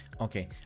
Okay